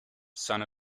son